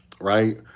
right